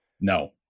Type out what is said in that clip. no